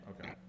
Okay